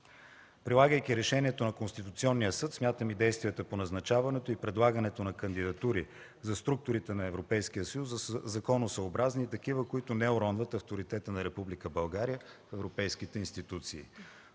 Прилагайки решението на Конституционния съд, смятам и действията по назначаването и предлагането на кандидатури за структурите на Европейския съюз за законосъобразни и такива, които не уронват авторитета на Република България в европейските институции.